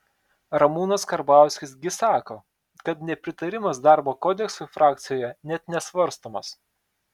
ramūnas karbauskis gi sako kad nepritarimas darbo kodeksui frakcijoje net nesvarstomas